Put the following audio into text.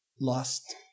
lost